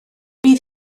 bydd